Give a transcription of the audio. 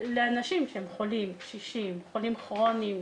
לאנשים שהם חולים, קשישים, חולים כרוניים